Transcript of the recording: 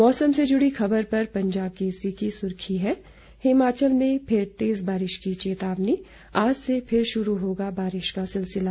मौसम से जुड़ी खबर पर पंजाब केसरी की सुर्खी है हिमाचल में फिर तेज बारिश की चेतावनी आज से फिर शुरू होगा बारिश का सिलसिला